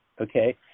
okay